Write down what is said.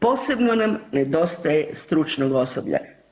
Posebno nam nedostaje stručnog osoblja.